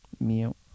Meow